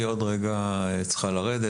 היא עוד רגע צריכה לרדת.